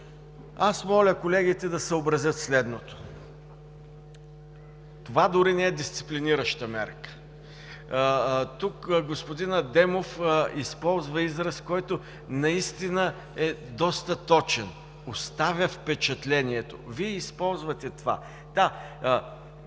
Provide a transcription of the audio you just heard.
Аз моля колегите да съобразят следното. Това дори не е дисциплинираща мярка. Тук господин Адемов използва израз, който наистина е доста точен: „оставя впечатлението“. Вие използвате това. Да,